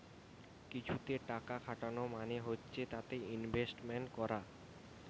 কিছুতে টাকা খাটানো মানে হচ্ছে তাতে ইনভেস্টমেন্ট করা